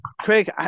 Craig